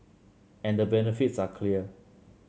and the benefits are clear